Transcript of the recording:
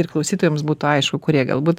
ir klausytojams būtų aišku kurie galbūt